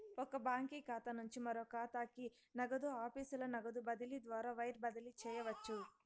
ఒక బాంకీ ఖాతా నుంచి మరో కాతాకి, నగదు ఆఫీసుల నగదు బదిలీ ద్వారా వైర్ బదిలీ చేయవచ్చు